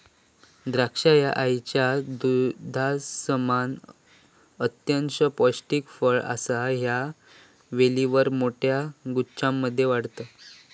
द्राक्षा ह्या आईच्या दुधासमान अत्यंत पौष्टिक फळ असा ह्या वेलीवर मोठ्या गुच्छांमध्ये वाढता